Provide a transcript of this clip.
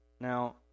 Now